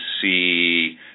see